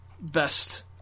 best